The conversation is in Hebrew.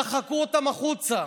דחקו אותם החוצה,